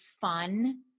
fun